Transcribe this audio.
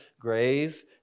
grave